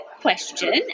question